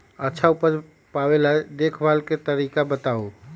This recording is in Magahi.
अच्छा उपज पावेला देखभाल के तरीका बताऊ?